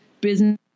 business